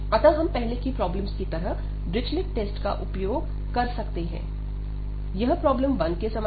अतः हम पहले की प्रॉब्लम्स की तरह डिरिचलेट टेस्ट का उपयोग कर सकते हैं यह प्रॉब्लम 1 के समान है